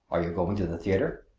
are you going to the theater?